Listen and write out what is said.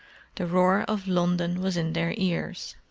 the roar of london was in their ears.